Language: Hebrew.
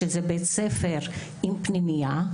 שזה בית ספר עם פנימייה,